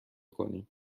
کنیم